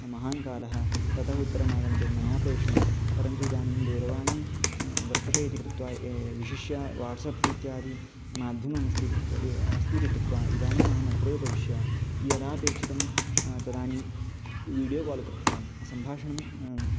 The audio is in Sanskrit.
महान् कालः ततः उत्तरम् आगन्तुं मया प्रेषणीयं परन्तु इदानीं दूरवाणी वर्तते इति कृत्वा ए विशिष्य वाट्सप् इत्यादि माध्यमम् अस्ति कृत्वा अस्ति इति कृत्वा इदानीम् अहम् अत्रैव उपविश्य यदापेक्षितं तदानीं वीडियो काल् कृत्वा सम्भाषणं